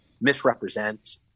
misrepresent